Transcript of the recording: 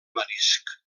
marisc